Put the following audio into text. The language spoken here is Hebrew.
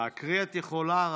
להקריא את יכולה.